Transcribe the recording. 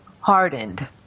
hardened